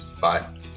Bye